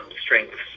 strengths